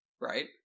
right